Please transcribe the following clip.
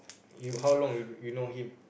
you how long you know him